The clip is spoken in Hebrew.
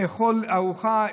לאכול ארוחה,